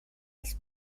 els